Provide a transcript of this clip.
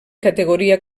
categoria